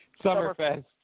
Summerfest